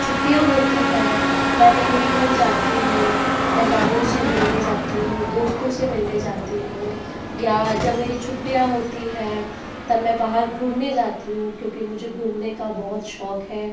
छुट्टियाँ होती हैं मैं मेरे घर जाती हूँ घर वालों से मिलने जाती हूँ दोस्तों से मिलने जाती हूँ या जब मेरी छुट्टियाँ होती हैं तब मैं बाहर घूमने जाती हूँ क्योंकि मुझे घूमने का बहुत शौक है